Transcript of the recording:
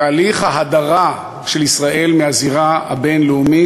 תהליך ההדרה של ישראל מהזירה הבין-לאומית